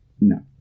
no